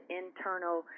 internal